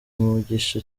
imigisha